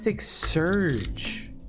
surge